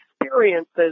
experiences